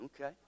Okay